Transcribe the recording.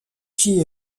qui